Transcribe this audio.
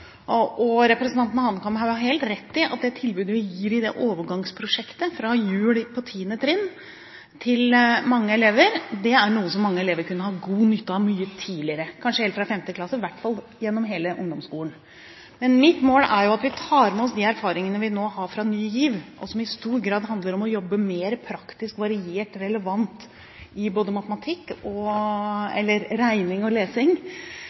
overgangsprosjektet – fra jul på tiende trinn – er noe som mange elever kunne hatt god nytte av mye tidligere, kanskje helt fra femte klasse, i hvert fall gjennom hele ungdomsskolen. Mitt mål er at vi tar med oss de erfaringene vi nå har med Ny GIV, og som i stor grad handler om å jobbe mer praktisk, variert og relevant i både regning og lesing.